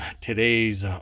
today's